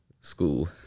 school